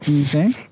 Okay